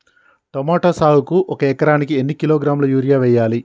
Tomato సాగుకు ఒక ఎకరానికి ఎన్ని కిలోగ్రాముల యూరియా వెయ్యాలి?